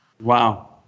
Wow